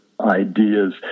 ideas